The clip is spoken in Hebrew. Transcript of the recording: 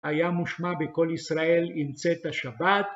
היה מושמע בכל ישראל, עם צאת השבת.